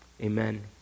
amen